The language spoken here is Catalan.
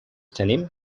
tenim